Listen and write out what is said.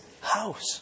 house